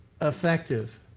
effective